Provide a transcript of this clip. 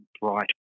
bright